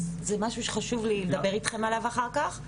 אז זה משהו שחשוב לי לדבר איתכם עליו אחר כך.